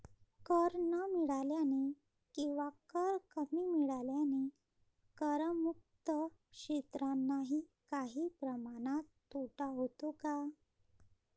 कर न मिळाल्याने किंवा कर कमी मिळाल्याने करमुक्त क्षेत्रांनाही काही प्रमाणात तोटा होतो का?